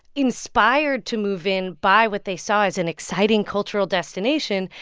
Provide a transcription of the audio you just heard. inspired to move in by what they saw as an exciting, cultural destination.